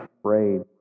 afraid